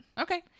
Okay